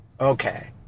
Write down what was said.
Okay